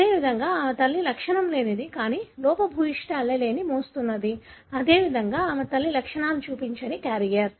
అదేవిధంగా ఆమె తల్లి లక్షణం లేనిది కానీ లోపభూయిష్ట allele మోస్తున్నది అదేవిధంగా ఆమె తల్లి లక్షణాలు చూపించని క్యారియర్